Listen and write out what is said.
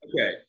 Okay